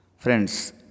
Friends